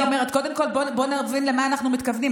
קודם כול, נבין למה אנחנו מתכוונים.